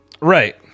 right